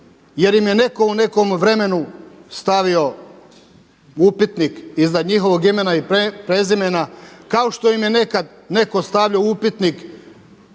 jer im je netko u nekom vremenu stavio upitnik iznad njihovog imena i prezimena kao što im je nekad netko stavljo upitnik